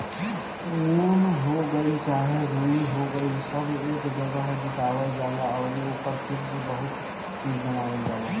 उन हो गइल चाहे रुई हो गइल सब एक जागह जुटावल जाला अउरी ओकरा से फिर बहुते चीज़ बनावल जाला